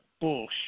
bullshit